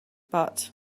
but